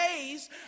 days